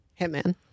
Hitman